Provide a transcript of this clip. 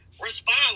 respond